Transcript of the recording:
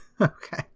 Okay